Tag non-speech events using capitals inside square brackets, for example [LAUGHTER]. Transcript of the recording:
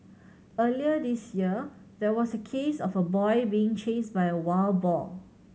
[NOISE] earlier this year there was a case of a boy being chased by a wild boar